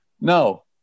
No